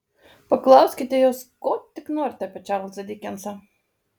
paklauskite jos ko tik norite apie čarlzą dikensą